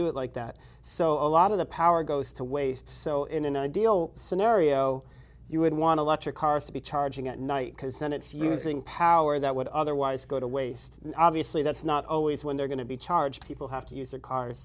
do it like that so a lot of the power goes to waste so in an ideal scenario you would want to let your cars to be charging at night because then it's using power that would otherwise go to waste obviously that's not always when they're going to be charged people have to use